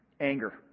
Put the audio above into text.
anger